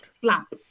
slap